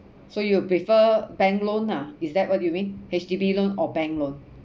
so you'll prefer bank loan ah is that what you mean H_D_B loan or bank loan